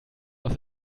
aus